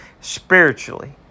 spiritually